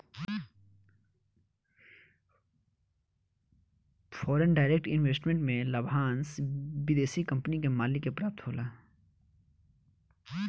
foreign direct investment में लाभांस विदेशी कंपनी के मालिक के प्राप्त होला